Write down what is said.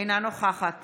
אינה נוכחת